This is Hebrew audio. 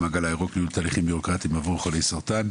הגל הירוק לייעול תהליכים ביורוקרטיים עבור חולי סרטן.